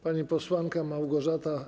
Pani posłanka Małgorzata